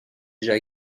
déjà